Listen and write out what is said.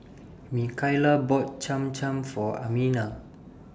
Mikaila bought Cham Cham For Amina